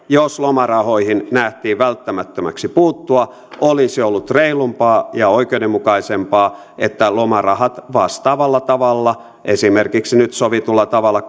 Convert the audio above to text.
jos lomarahoihin nähtiin välttämättömäksi puuttua olisi ollut reilumpaa ja oikeudenmukaisempaa että lomarahat vastaavalla tavalla esimerkiksi nyt sovitulla tavalla